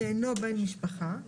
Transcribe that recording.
שאינו בן משפחה,